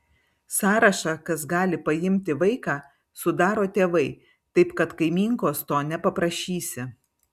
sąrašą kas gali paimti vaiką sudaro tėvai taip kad kaimynkos to nepaprašysi